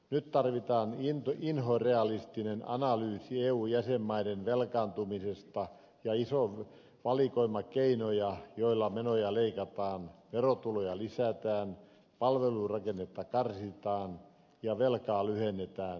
nyt tarvitaan inhorealistinen analyysi eun jäsenmaiden velkaantumisesta ja iso valikoima keinoja joilla menoja leikataan verotuloja lisätään palvelurakennetta karsitaan ja velkaa lyhennetään